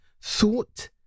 Thought